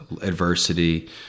adversity